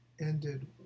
ended